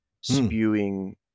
spewing